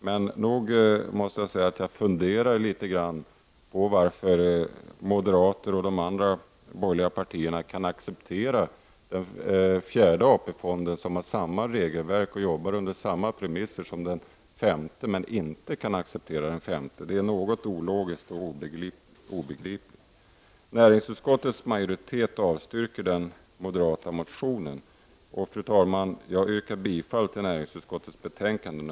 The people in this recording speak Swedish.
Men jag måste säga att jag funderade litet grand över varför moderaterna och de andra borgerliga partierna kan acceptera den fjärde AP-fonden, som har samma regelverk och arbetar under samma premisser som den femte AP-fonden, men inte kan acceptera den femte. Det är något ologiskt och obegripligt. Fru talman! Jag yrkar bifall till hemställan i näringsutskottets betänkande Ål: